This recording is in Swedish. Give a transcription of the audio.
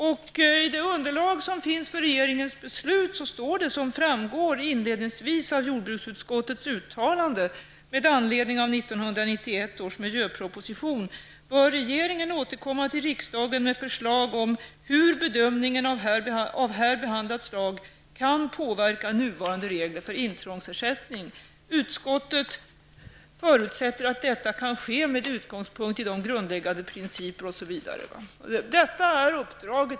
I det underlag som finns för regeringens beslut står det, som framgår inledningsvis av jordbruksutskottets uttalande med anledning av 1991 års miljöproposition: bör regeringen återkomma till riksdagen med förslag om hur bedömningen av här behandlat slag kan påverka nuvarande regler för intrångsersättning. Utskottet förutsätter att detta kan ske med utgångspunkt i de grundläggande principer --. Detta är uppdraget.